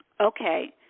Okay